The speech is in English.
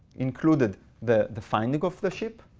included the the finding of the ship,